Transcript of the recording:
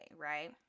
right